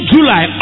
July